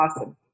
Awesome